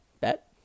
bet